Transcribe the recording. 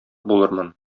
булырмын